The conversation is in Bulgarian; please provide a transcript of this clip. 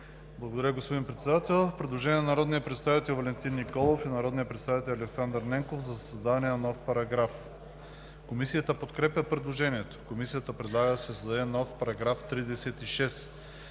ДОКЛАДЧИК ВАЛЕНТИН НИКОЛОВ: Предложение на народния представите Валентин Николов и народния представител Александър Ненков за създаване на нов параграф. Комисията подкрепя предложението. Комисията предлага да се създаде нов § 36: „§ 36.